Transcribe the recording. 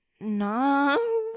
no